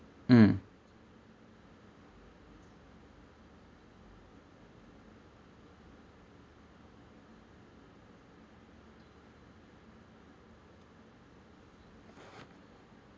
mm